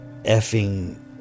effing